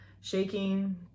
Shaking